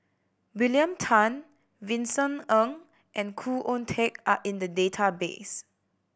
William Tan Vincent Ng and Khoo Oon Teik are in the database